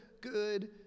good